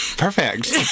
Perfect